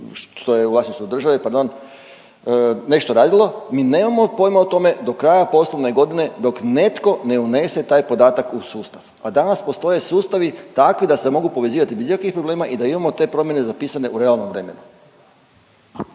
što je u vlasništvu države, pardon, nešto radilo mi nemamo pojma o tome do kraja poslovne godine dok netko ne unese taj podatak u sustav, a danas postoje sustavi takvi da se mogu povezivati bez ikakvih problema i da imamo te promjene zapisane u realnom vremenu.